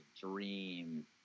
dream